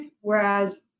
whereas